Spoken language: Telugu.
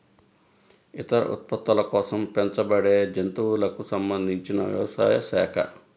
ఇతర ఉత్పత్తుల కోసం పెంచబడేజంతువులకు సంబంధించినవ్యవసాయ శాఖ